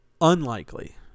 unlikely